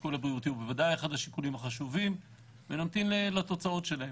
השיקול הבריאותי הוא בוודאי אחד השיקולים החשובים ונמתין לתוצאות שלהם.